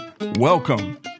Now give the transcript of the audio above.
Welcome